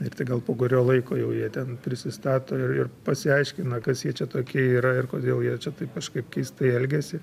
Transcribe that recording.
ir tai gal po kurio laiko jau jie ten prisistato ir ir pasiaiškina kas jie čia tokie yra ir kodėl jie čia taip kažkaip keistai elgiasi